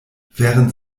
während